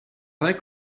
like